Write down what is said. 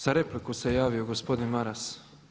Za repliku se javio gospodin Maras.